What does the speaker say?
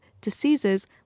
diseases